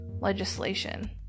legislation